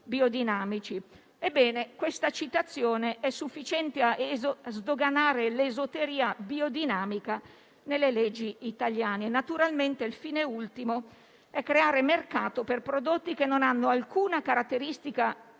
Questa citazione è sufficiente a sdoganare l'esoteria biodinamica nelle leggi italiane. Naturalmente il fine ultimo è creare mercato per prodotti che non hanno alcuna caratteristica superiore